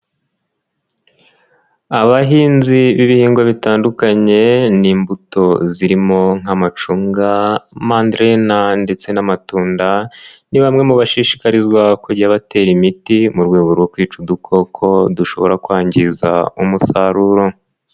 Abahinzi b'ibihingwa bitandukanye, n'immbuto zirimo nk'amacunga, manderena ndetse n'amatunda, ni bamwe mu bashishikarizwa kujya batera imiti mu rwego rwo kwica udukoko, dushobora kwangiza umusaruro.